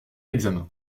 examen